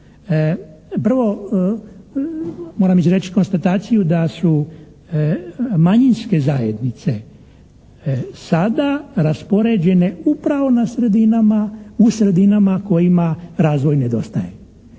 Prvo moram izreći konstataciju da su manjinske zajednice sada raspoređene upravo na sredinama, u sredinama kojima razvoj nedostaje.